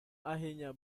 akhirnya